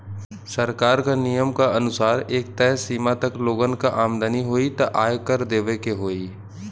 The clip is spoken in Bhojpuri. सरकार क नियम क अनुसार एक तय सीमा तक लोगन क आमदनी होइ त आय कर देवे के होइ